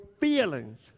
feelings